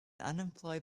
unemployed